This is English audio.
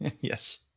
Yes